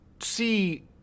see